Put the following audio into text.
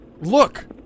Look